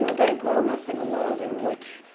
you know they've grown up in a world in which.